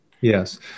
Yes